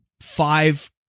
five